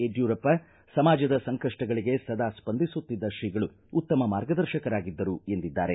ಯಡ್ಕೂರಪ್ಪ ಸಮಾಜದ ಸಂಕಷ್ಷಗಳಿಗೆ ಸದಾ ಸ್ವಂದಿಸುತ್ತಿದ್ದ ಶ್ರೀಗಳು ಉತ್ತಮ ಮಾರ್ಗದರ್ಶಕರಾಗಿದ್ದರು ಎಂದಿದ್ದಾರೆ